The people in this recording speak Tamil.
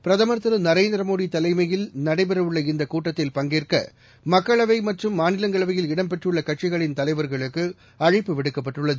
பிரதுர் திரு நரேந்திர மோடி தலைமையில் நடைபெற உள்ள இந்தக் கூட்டத்தில் பங்கேற்க மக்களவை மற்றும் மாநிலங்களவையில் இடம் பெற்றுள்ள கட்சிகளின் தலைவர்களுக்கு அழைப்பு விடுக்கப்பட்டுள்ளது